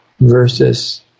versus